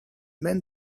men